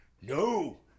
no